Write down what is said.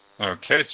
Okay